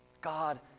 God